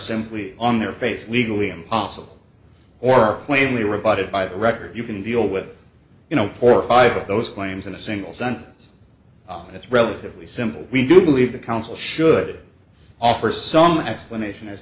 simply on their face legally impossible or are plainly rebutted by the record you can deal with you know four or five of those claims in a single sentence that's relatively simple we do believe the council should offer some explanation as